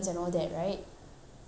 are you sleepy